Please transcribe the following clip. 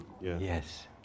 Yes